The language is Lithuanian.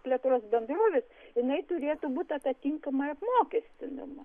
plėtros bendrovės jinai turėtų būti atitinkamai apmokestinama